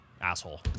Asshole